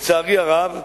לצערי הרב,